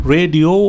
Radio